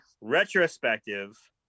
retrospective